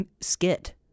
skit